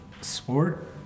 sport